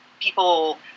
people